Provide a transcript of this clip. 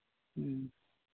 ᱦᱮᱸ